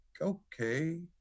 okay